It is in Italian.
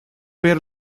per